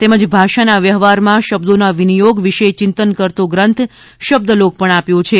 તેમજ ભાષાના વ્યવહારમાં શબ્દોના વિનિયોગ વિશે ચિંતન કરતો ગ્રંથ શબ્દલોક પણ આપ્યો છે